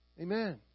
Amen